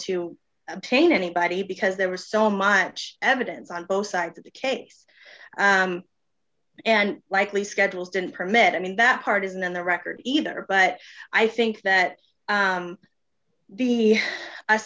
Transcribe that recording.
to obtain anybody because there was so much evidence on both sides of the case and likely schedules didn't permit i mean that part isn't in the record either but i think that the